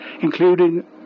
including